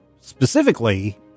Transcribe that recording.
specifically